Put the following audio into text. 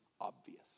obvious